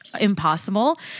impossible